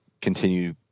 continue